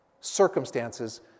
circumstances